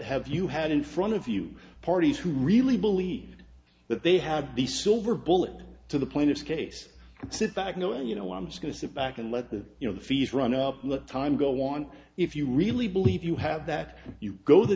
have you had in front of you parties who really believed that they had the silver bullet to the plaintiff's case and sit back knowing you know i'm just going to sit back and let the you know the fees run up the time go on if you really believe you have that you go the